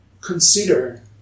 consider